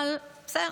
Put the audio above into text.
אבל בסדר.